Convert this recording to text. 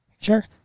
Sure